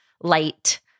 light